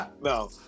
No